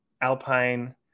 Alpine